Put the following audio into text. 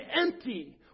empty